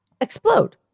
explode